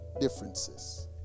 differences